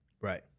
Right